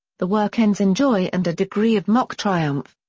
the work ends in joy and a degree of mock-triumph.